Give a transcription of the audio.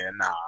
nah